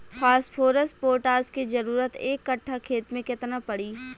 Phosphorus potash के जरूरत एक कट्ठा खेत मे केतना पड़ी?